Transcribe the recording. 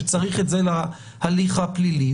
שצריך את זה להליך הפלילי,